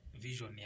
vision